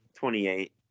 28